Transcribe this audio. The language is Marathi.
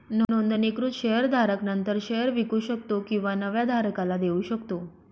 नोंदणीकृत शेअर धारक नंतर शेअर विकू शकतो किंवा नव्या धारकाला देऊ शकतो